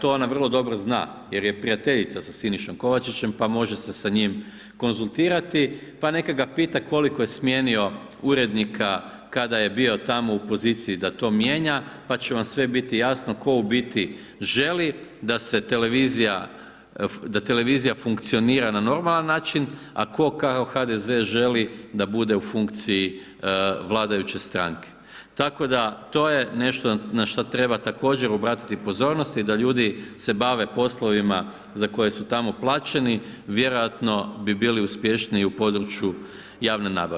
to ona vrlo dobro zna jer je prijateljica sa Sinišom Kovačićem, pa može se sa njim konzultirati, pa neka ga pita koliko je smijenio urednika kada je bio tamo u poziciji da to mijenja, pa će vam sve biti jasno tko u biti želi da televizija funkcionira na normalan način, a tko kao HDZ želi da bude u funkciji vladajuće stranke, tako da, to je nešto na šta treba također obratiti pozornost i da ljudi se bave poslovima za koje su tamo plaćeni, vjerojatno bi bili uspješniji i u području javne nabave.